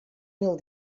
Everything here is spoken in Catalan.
mil